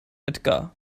edgar